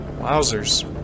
Wowzers